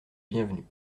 bienvenu